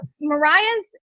Mariah's